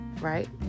right